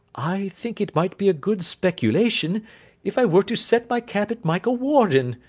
i think it might be a good speculation if i were to set my cap at michael warden,